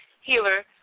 healer